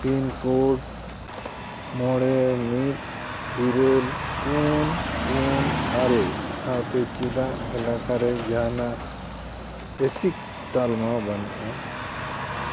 pincode ᱢᱚᱬᱮ ᱢᱤᱫ ᱤᱨᱟᱹᱞ ᱯᱳᱱ ᱯᱳᱱ ᱟᱨᱮ ᱥᱟᱶᱛᱮ ᱪᱮᱫᱟᱜ ᱮᱞᱟᱠᱟᱨᱮ ᱡᱟᱦᱟᱱᱟᱜ ᱮᱥᱤᱠ ᱛᱟᱞᱢᱟ ᱵᱟᱹᱱᱩᱜᱼᱟ